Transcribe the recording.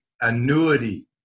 Annuity